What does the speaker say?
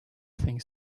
think